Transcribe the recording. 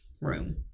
room